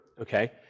okay